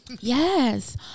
Yes